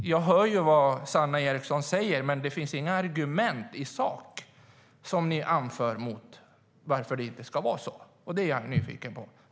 Jag hör vad Sanne Eriksson säger, men det finns inga argument i sak som ni anför när det gäller varför det inte ska vara så här. Det är jag nyfiken på.